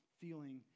feeling